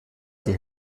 die